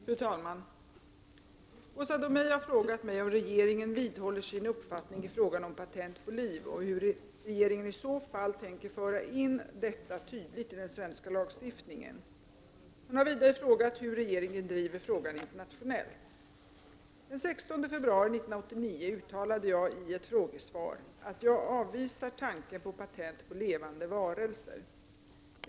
Fru talman! Åsa Domeij har frågat mig om regeringen vidhåller sin uppfattning i frågan om patent på liv och hur regeringen i så fall tänker föra in detta tydligt i den svenska lagstiftningen. Hon har vidare frågat hur regeringen driver frågan internationellt. Den 16 februari 1989 uttalade jag i ett frågesvar att jag avvisar tanken på patent på levande varelser.